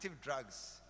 drugs